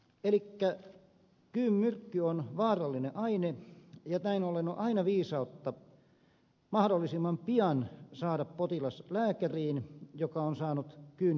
elikkä kyyn myrkky on vaarallinen aine ja näin ollen on aina viisautta mahdollisimman pian saada lääkäriin potilas joka on saanut kyyn pistoksen